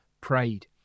prayed